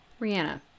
Rihanna